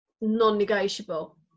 non-negotiable